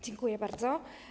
Dziękuję bardzo.